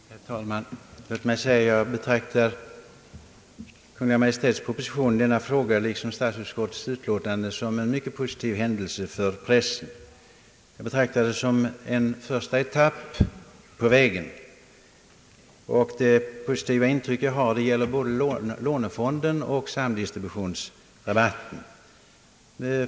Herr talman! Låt mig säga att jag betraktar Kungl. Maj:ts proposition i denna fråga liksom statsutskottets utlåtande som en mycket positiv händelse för pressen. Jag ser förslagen som en första etapp på vägen, och det positiva intryck jag har gäller både lånefonden och samdistributionsrabatten.